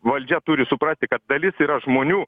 valdžia turi suprasti kad dalis yra žmonių